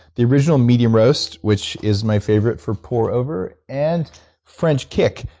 the original medium roast, which is my favorite for pour-over. and french kick,